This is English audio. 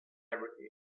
everything